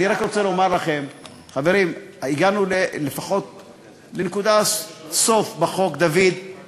אני רק רוצה לומר לכם שהגענו לנקודת סוף בחוק, כן